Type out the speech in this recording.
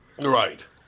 Right